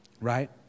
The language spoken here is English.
right